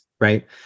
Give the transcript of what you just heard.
right